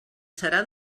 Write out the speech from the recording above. serà